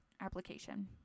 application